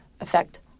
effect